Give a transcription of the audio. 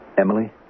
Emily